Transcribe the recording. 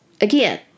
again